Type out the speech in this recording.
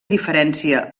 diferència